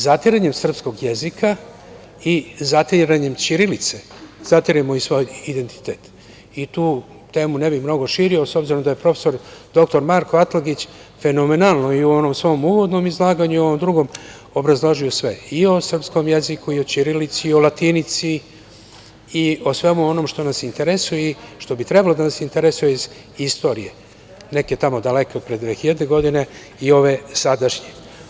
Zatiranje srpskog jezika i zatiranjem ćirilice, zatiremo i svoj identitet i tu temu ne bih mnogo širio, s obzirom da je profesor doktor Marko Atlagić fenomenalno i u onom svom uvodnom izlaganju i u ovom drugom obrazložio sve i o srpskom jeziku, i o ćirilici i o latinici i o svemu onom što nas interesuje i što bi trebalo da nas interesuje iz istorije neke tamo daleke od pre 2000. godine i ove sadašnje.